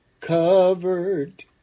covered